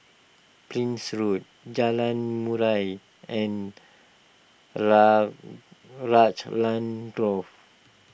Prince Road Jalan Murai and Raglan Grove